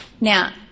Now